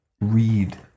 read